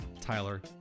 Tyler